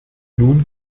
nun